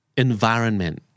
Environment